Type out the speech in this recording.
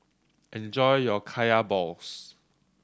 enjoy your Kaya balls